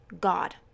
God